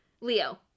Leo